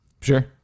Sure